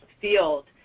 field